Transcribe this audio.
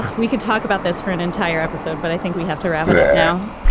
we could talk about this for an entire episode, but i think we have to wrap it up now.